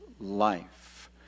life